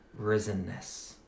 risenness